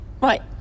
Right